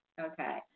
Okay